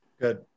Good